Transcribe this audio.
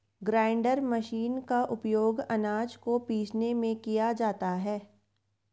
grinder machine का उपयोग आनाज को पीसने में किया जाता है